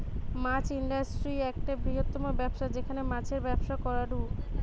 মাছ industry একটা বৃহত্তম ব্যবসা যেখানে মাছের ব্যবসা করাঢু